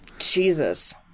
Jesus